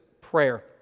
prayer